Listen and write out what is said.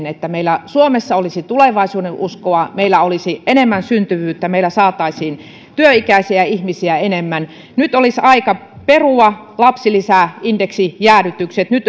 että meillä suomessa olisi tulevaisuudenuskoa meillä olisi enemmän syntyvyyttä meille saataisiin työikäisiä ihmisiä enemmän nyt olisi aika perua lapsilisäindeksijäädytykset nyt